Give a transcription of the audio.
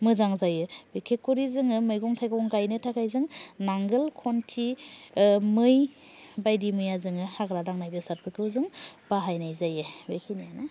मोजां जायो बिखेखखरि जोङो मैगं थाइगं गायनो थाखाय जों नांगोल खन्थि मै बायदि मैयाजों जोङो हाग्रा दांनाय बेसादफोरखौ जों बाहायनाय जायो बेखिनियानो